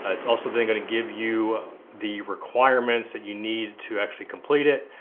it's also then gonna give you the requirements that you need to actually complete it.